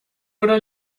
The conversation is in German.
oder